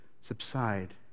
subside